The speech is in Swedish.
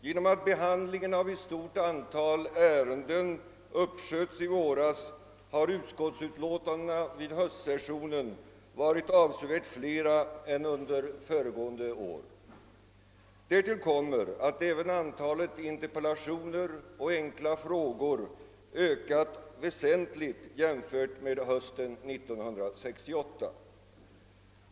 Genom att behandlingen av ett stort antal ärenden uppsköts i våras har utskottsutlåtandena vid höstsessionen varit avsevärt flera än under föregående år. Därtill kommer att även antalet interpellationer och enkla frågor ökat väsentligt jämfört med hösten 1968.